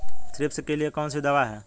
Thrips के लिए कौन सी दवा है?